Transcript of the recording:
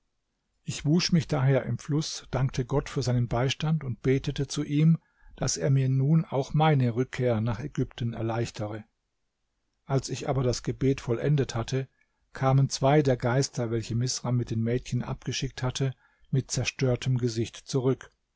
ich wusch mich daher im fluß dankte gott für seinen beistand und betete zu ihm daß er mir nun auch meine rückkehr nach ägypten erleichtere als ich aber das gebet vollendet hatte kamen zwei der geister welche misram mit den mädchen abgeschickt hatte mit zerstörtem gesicht zurück